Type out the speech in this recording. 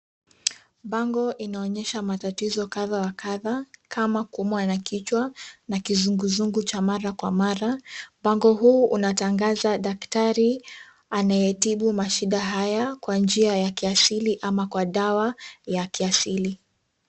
Bango inaonyesha matatizo kadha wa kadha kama kuumwa na kichwa na kizunguzungu cha mara kwa mara. Mpango huu unatangaza daktari anayetibu mashida haya kwa njia ya kiasili ama kwa dawa ya kiasili.